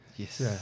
yes